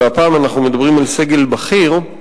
והפעם אנחנו מדברים על סגל בכיר,